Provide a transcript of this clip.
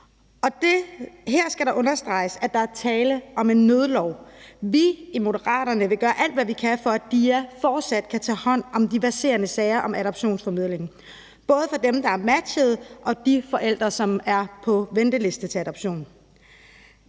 Her skal det understreges, at der er tale om en nødlov. Vi i Moderaterne vil gøre alt, hvad vi kan, for at DIA fortsat kan tage hånd om de verserende sager om adoptionsformidling, og det gælder både for dem, der er matchet, og de forældre, som er på venteliste til adoption.